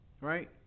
Right